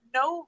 no